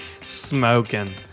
smoking